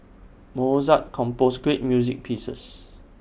Mozart composed great music pieces